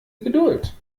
geduld